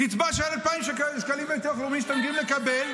קצבה של 2,000 שקלים מביטוח לאומי אתם יודעים לקבל,